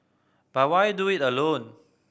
but why do it alone